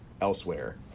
elsewhere